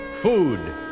Food